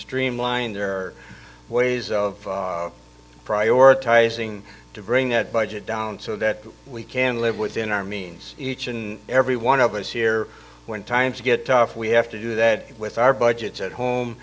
streamlined there are ways of prioritizing to bring that budget down so that we can live within our means each and every one of us here when times get tough we have to do that with our budgets at home